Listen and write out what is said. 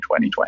2020